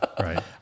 Right